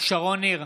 שרון ניר,